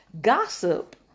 gossip